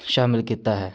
ਸ਼ਾਮਿਲ ਕੀਤਾ ਹੈ